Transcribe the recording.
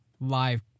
live